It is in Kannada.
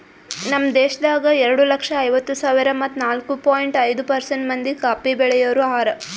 ನಮ್ ದೇಶದಾಗ್ ಎರಡು ಲಕ್ಷ ಐವತ್ತು ಸಾವಿರ ಮತ್ತ ನಾಲ್ಕು ಪಾಯಿಂಟ್ ಐದು ಪರ್ಸೆಂಟ್ ಮಂದಿ ಕಾಫಿ ಬೆಳಿಯೋರು ಹಾರ